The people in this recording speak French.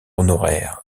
honoraire